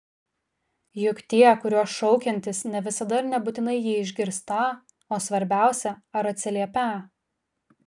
juk tie kuriuos šaukiantis ne visada ir nebūtinai jį išgirstą o svarbiausia ar atsiliepią